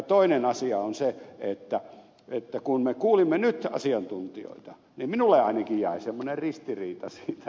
toinen asia on se että kun me kuulimme nyt asiantuntijoita niin minulle ainakin jäi semmoinen ristiriita siitä